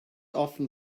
often